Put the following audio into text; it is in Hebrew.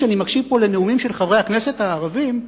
כשאני מקשיב פה לנאומים של חברי הכנסת הערבים,